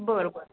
बरोबर